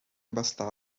bastava